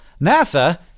nasa